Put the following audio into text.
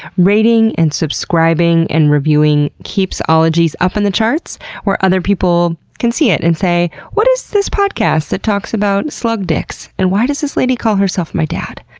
rating, and subscribing and reviewing keeps ologies up in the charts where other people can see it and say, what is this podcast that talks about slug dicks and why does this lady call herself my dad?